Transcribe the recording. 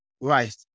Right